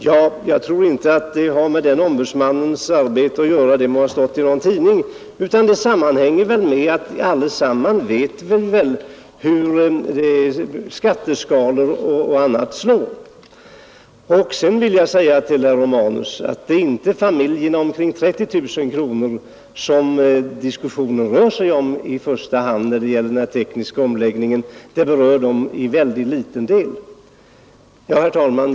Ja, jag tror inte att det har med den ombudsmannens arbete att göra — det må ha stått i någon tidning — utan det sammanhänger med att vi väl alla vet hur skatteskalor och annat slår. Jag vill också säga till herr Romanus, att diskussionen om den tekniska omläggningen inte i första hand rör sig om familjer med inkomster omkring 30 000 kronor. Det berör dem till väldigt liten del. Herr talman!